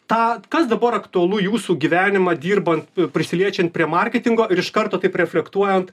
tą kas dabar aktualu jūsų gyvenimą dirbant prisiliečiant prie marketingo ir iš karto taip reflektuojant